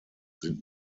sind